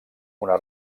una